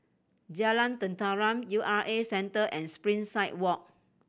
Jalan Tenteram U R A Centre and Springside Walk